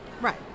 right